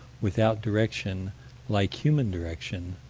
without direction like human direction,